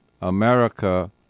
America